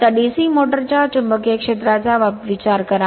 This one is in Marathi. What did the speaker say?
आता DC मोटर च्या चुंबकीय क्षेत्राचा विचार करा